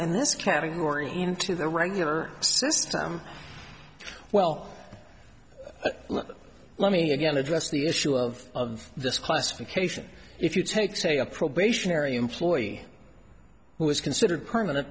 in this category into the regular system well look let me again address the issue of this classification if you take say a probationary employee who is considered permanent